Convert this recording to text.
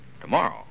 Tomorrow